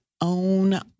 own